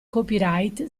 copyright